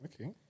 Okay